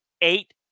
eight